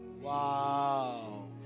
Wow